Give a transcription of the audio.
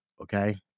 okay